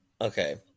Okay